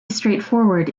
straightforward